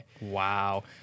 Wow